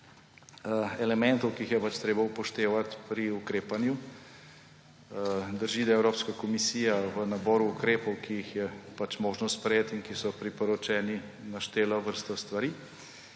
elementov, ki jih je treba upoštevati pri ukrepanju. Drži, da je Evropska komisija v naboru ukrepov, ki jih je možno sprejeti in ki so priporočeni, naštela vrsto stvari,